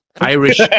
Irish